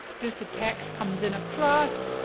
just the text comes in across.